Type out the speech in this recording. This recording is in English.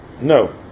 No